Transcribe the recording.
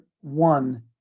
one